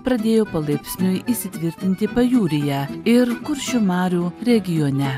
pradėjo palaipsniui įsitvirtinti pajūryje ir kuršių marių regione